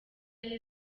yari